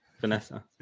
Vanessa